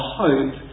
hope